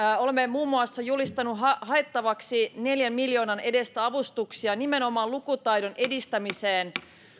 olemme muun muassa julkistaneet haettavaksi neljän miljoonan edestä avustuksia nimenomaan lukutaidon edistämiseen